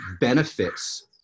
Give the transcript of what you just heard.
benefits